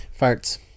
Farts